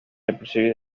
episodio